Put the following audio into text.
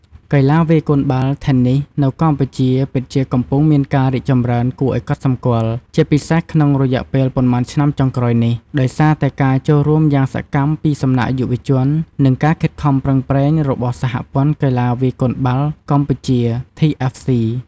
កីឡាវាយកូនបាល់ Tennis នៅកម្ពុជាពិតជាកំពុងមានការរីកចម្រើនគួរឲ្យកត់សម្គាល់ ជាពិសេសក្នុងរយៈពេលប៉ុន្មានឆ្នាំចុងក្រោយនេះ ដោយសារតែការចូលរួមយ៉ាងសកម្មពីសំណាក់យុវជន និងការខិតខំប្រឹងប្រែងរបស់ សហព័ន្ធកីឡាវាយកូនបាល់កម្ពុជា TFC។